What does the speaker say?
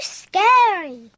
scary